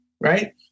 right